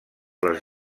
les